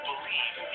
believe